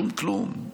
שום כלום,